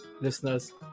listeners